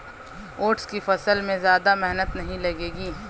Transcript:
oats की फसल में ज्यादा मेहनत नहीं लगेगी